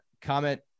comment